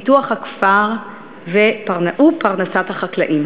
פיתוח הכפר ופרנסת החקלאים.